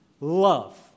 love